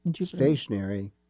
stationary